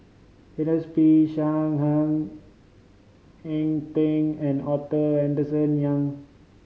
Ernest P Shank Ng Eng Teng and Arthur Henderson Young